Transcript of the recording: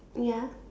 ya